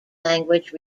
language